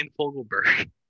Fogelberg